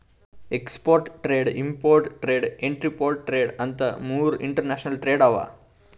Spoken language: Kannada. export trade, import trade, entrepot trade ಅಂತ್ ಮೂರ್ ಇಂಟರ್ನ್ಯಾಷನಲ್ ಟ್ರೇಡ್ ಅವಾ